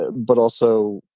ah but also,